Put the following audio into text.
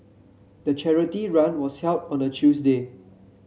the charity run was held on a Tuesday